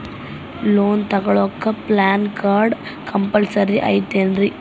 Loan ತೊಗೊಳ್ಳಾಕ PAN card compulsory ಐಯ್ತೇನ್ರಿ?